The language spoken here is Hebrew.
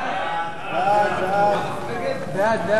סעיף 1